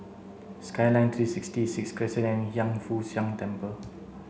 skyline three sixty sixth Crescent and Hiang Foo Siang Temple